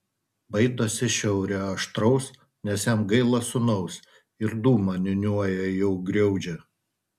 baidosi šiaurio aštraus nes jam gaila sūnaus ir dūmą niūniuoja jau griaudžią